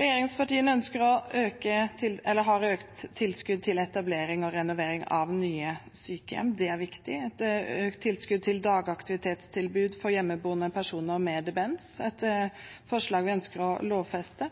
Regjeringspartiene har økt tilskuddet til etablering og renovering av nye sykehjem. Det er viktig. Det er et økt tilskudd til dagaktivitetstilbud for hjemmeboende personer med demens – et forslag vi ønsker å lovfeste.